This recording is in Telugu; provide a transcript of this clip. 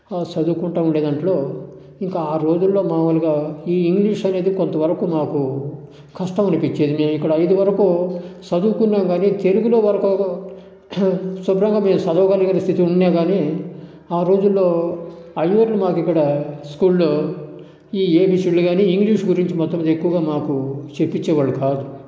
అడ చదువుకుంటా ఉండే దాంట్లో ఇంకా ఆ రోజుల్లో మామూలుగా ఈ ఇంగ్లీష్ అనేది కొంతవరకు నాకు కష్టం అనిపించేది నేను ఇక్కడ ఐదు వరకు చదువుకున్న గాని తెలుగులో శుభ్రంగా మేము చదవగలిగిన స్థితి ఉన్నా గాని ఆ రోజుల్లో అయ్యవార్లు మాకు ఇక్కడ స్కూల్లో ఈ ఏబిసిడిలు కానీ ఇంగ్లీష్ గురించి ఎక్కువగా మాకు చెప్పించేవాళ్ళు కాదు